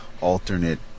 alternate